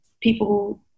people